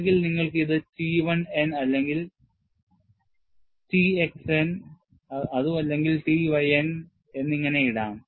ഒന്നുകിൽ നിങ്ങൾക്ക് ഇത് T 1 n അല്ലെങ്കിൽ T X n T Y n എന്നിങ്ങനെ ഇടാം